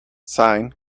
sine